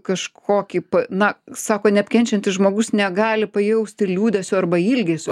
kažkokį na sako neapkenčiantis žmogus negali pajausti liūdesio arba ilgesio